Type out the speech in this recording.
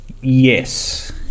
Yes